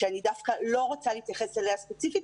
שאני דווקא לא רוצה להתייחס אליה ספציפית,